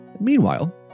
Meanwhile